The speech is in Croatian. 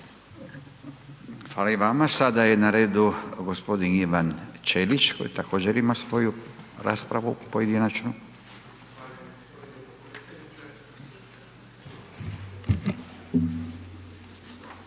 Hvala i vama. Sada je na redu gospodin Ivan Ćelić koji također ima svoju pojedinačnu raspravu.